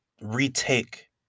retake